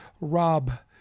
Rob